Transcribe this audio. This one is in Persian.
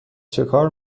چکار